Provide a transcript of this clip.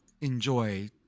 enjoy